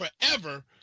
forever